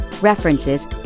references